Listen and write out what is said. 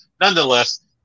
nonetheless